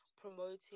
promoting